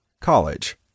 COLLEGE